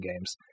games